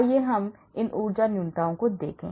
आइए हम इन ऊर्जा न्यूनताओं को देखें